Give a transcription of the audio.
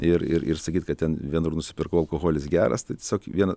ir ir ir sakyt kad ten vienur nusipirkau alkoholis geras tai tiesiog vieną